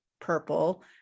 purple